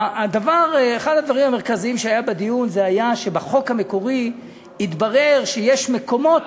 אחד הדברים המרכזיים בדיון היה שבחוק המקורי התברר שיש מקומות,